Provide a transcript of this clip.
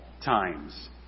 times